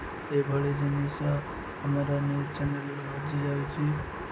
ଏଭଳି ଜିନିଷ ଆମର ନ୍ୟୁଜ୍ ଚ୍ୟାନେଲ୍ରେ ହଜି ଯାଉଛି